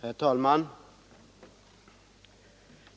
Herr talman!